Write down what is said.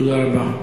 תודה רבה.